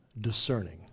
discerning